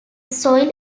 soil